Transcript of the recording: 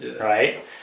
right